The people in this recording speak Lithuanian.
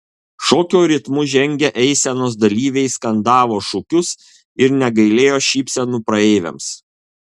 šokio ritmu žengę eisenos dalyviai skandavo šūkius ir negailėjo šypsenų praeiviams